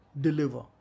deliver